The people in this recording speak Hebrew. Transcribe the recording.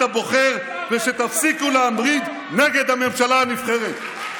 הבוחר ושתפסיקו להמריד נגד הממשלה הנבחרת.